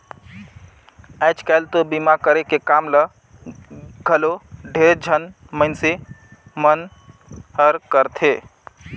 आयज कायल तो बीमा करे के काम ल घलो ढेरेच झन मइनसे मन हर करथे